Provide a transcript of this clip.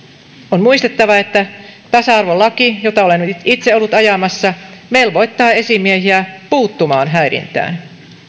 on muistettava että tasa arvolaki jota olen itse ollut ajamassa velvoittaa esimiehiä puuttumaan häirintään